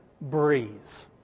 breeze